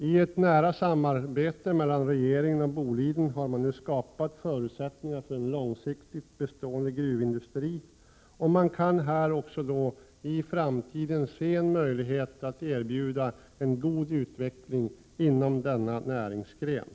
I ett nära samarbete mellan regeringen och Boliden har nu skapats förutsättningar för en långsiktigt bestående gruvindustri, och man kan här se en möjlighet att också i framtiden erbjuda en god utveckling inom denna näringsgren.